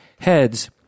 heads